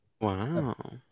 Wow